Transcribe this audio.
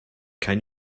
can